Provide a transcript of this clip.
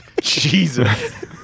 Jesus